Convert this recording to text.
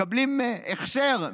מקבלים הכשר.